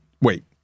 wait